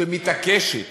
שמתעקשת